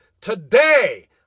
today